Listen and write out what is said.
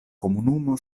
komunumo